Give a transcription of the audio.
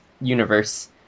universe